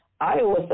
Iowa